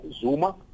Zuma